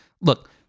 Look